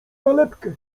nalepkę